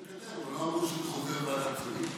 לקדם, אבל לא אמרו שזה חוזר לוועדת שרים.